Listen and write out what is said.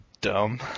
Dumb